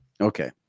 Okay